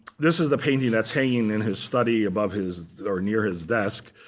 this is the painting that's hanging in his study above his or near his desk.